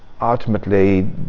ultimately